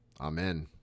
Amen